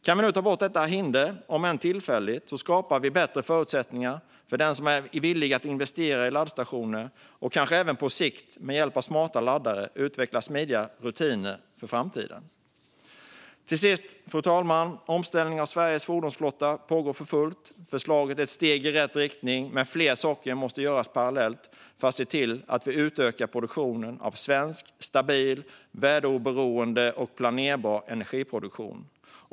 Om vi nu kan ta bort detta hinder, om än tillfälligt, skapar vi bättre förutsättningar för den som är villig att investera i laddstationer och kanske även på sikt med hjälp av smarta laddare utveckla smidiga rutiner för framtiden. Fru talman! Omställningen av Sveriges fordonsflotta pågår för fullt. Förslaget är ett steg i rätt riktning, men fler saker måste göras parallellt för att se till att vi utökar produktionen av svensk, stabil, väderoberoende och planerbar energiproduktion.